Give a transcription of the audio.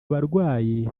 abarwayi